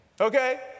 okay